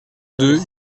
deux